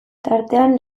tartean